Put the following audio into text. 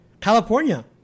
California